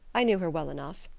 i knew her well enough.